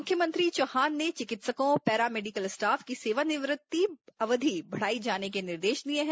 मुख्यमंत्री चौहान ने चिकित्सकों पैरा मेडिकल स्टाफ की सेवानिवृत्ति अवधि बढ़ाएँ जाने के निर्देश दिए हैं